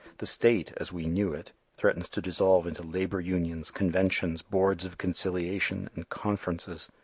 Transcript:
the state, as we knew it, threatens to dissolve into labor unions, conventions, boards of conciliation, and conferences.